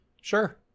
Sure